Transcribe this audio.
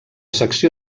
secció